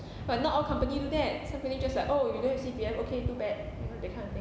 but not all company do that some company just like oh you don't have C_P_F okay too bad you know that kind of thing